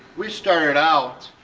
we started out,